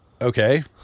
okay